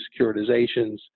securitizations